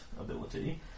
ability